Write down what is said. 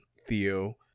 theo